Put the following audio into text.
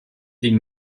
die